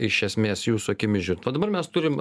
iš esmės jūsų akimis žiūrint va dabar mes turim